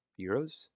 euros